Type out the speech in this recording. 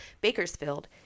Bakersfield